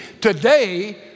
today